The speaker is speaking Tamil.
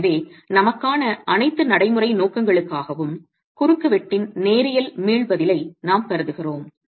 எனவே நமக்கான அனைத்து நடைமுறை நோக்கங்களுக்காகவும் குறுக்குவெட்டின் நேரியல் மீள் பதிலை நாம் கருதுகிறோம்